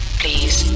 please